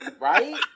right